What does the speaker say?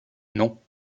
non